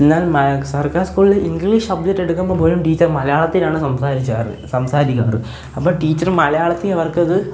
എന്നാൽ സർക്കാർ സ്കൂളിൽ ഇംഗ്ലീഷ് സബ്ജെക്ട് എടുക്കുമ്പോള് പോലും ടീച്ചർ മലയാളത്തിലാണ് സംസാരിച്ചാറ് സംസാരിക്കാറ് അപ്പോള് ടീച്ചർ മലയാളത്തില് അവർക്കത്